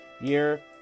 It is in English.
year